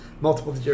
multiple